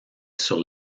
sur